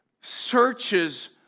Searches